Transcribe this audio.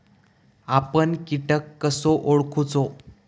आपन कीटक कसो ओळखूचो?